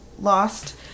lost